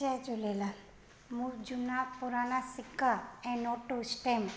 जय झूलेलाल मूं जूना पुराणा सिक्का ऐं नोट स्टैंप